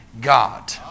God